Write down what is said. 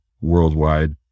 worldwide